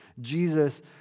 Jesus